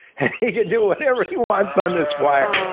he can do whatever he wants on this wire.